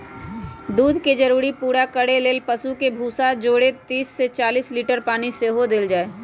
दूध के जरूरी पूरा करे लेल पशु के भूसा जौरे तीस से चालीस लीटर पानी सेहो देल जाय